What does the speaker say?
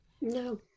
No